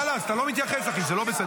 חלאס, אתה לא מתייחס, אחי, זה לא בסדר.